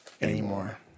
anymore